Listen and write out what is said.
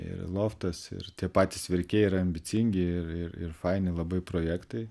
ir loftas ir tie patys verkiai yra ambicingi ir ir ir faini labai projektai